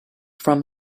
from